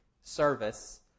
service